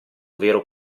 vero